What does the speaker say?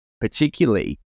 particularly